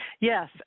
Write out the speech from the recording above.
Yes